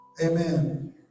Amen